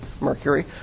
Mercury